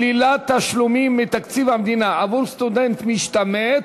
שלילת תשלומים מתקציב המדינה עבור סטודנט משתמט),